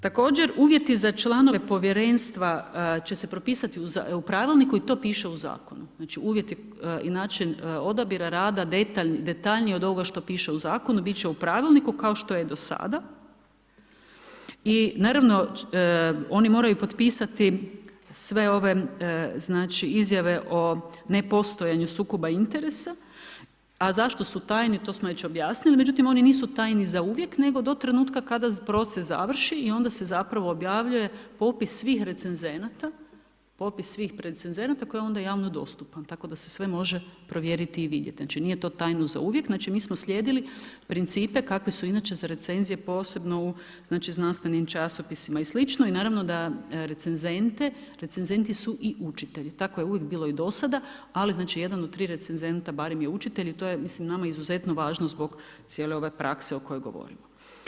Također, uvjeti za članove povjerenstva će se propisati u pravilniku i to piše u zakonu, znači uvjeti i način odabira rada detaljnije od ovoga što piše u zakonu, bit će u pravilniku kao što je do sada i naravno, oni moraju potpisati sve ove izjave o nepostojanju sukoba interesa a zašto su tajni, to smo već objasnili, međutim oni nisu tajni zauvijek nego do trenutka kada proces završi i onda se zapravo objavljuje popis svih recenzenata koji je onda javno dostupan tako da se sve može provjeriti i vidjeti, znači nije to tajno zauvijek, znači mi smo slijedili principe kakvi su inače za recenzije posebno u znanstvenim časopisima i sl. i naravno da recenzenti su i učitelji, tako je uvijek bilo i dosada ali znači jedno od recenzenata barem je učitelj i to je mislim nama izuzetno važno zbog cijele ove prakse o kojoj govorimo.